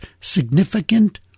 significant